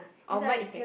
oh mine it take